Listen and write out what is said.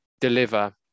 deliver